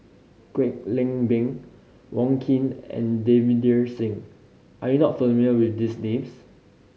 Kwek Leng Beng Wong Keen and Davinder Singh are you not familiar with these names